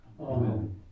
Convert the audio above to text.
Amen